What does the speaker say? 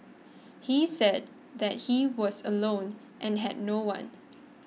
he said that he was alone and had no one